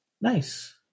Nice